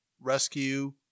Rescue